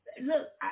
Look